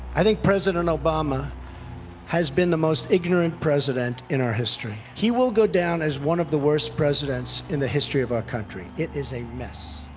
i think president obama has been the most ignorant president in our history. he will go down as one of the worst presidents in the history of our country it is a mess.